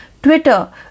Twitter